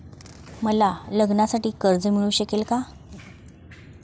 मला लग्नासाठी कर्ज मिळू शकेल का?